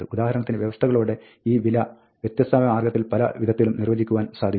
ഉദാഹരണത്തിന് വ്യവസ്ഥകളോടെ ഈ വില വ്യത്യസ്തമായ മാർഗ്ഗത്തിൽ പല വിധത്തിലും നിർവ്വചിക്കുവാൻ സാധിക്കും